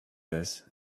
this